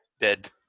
dead